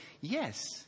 Yes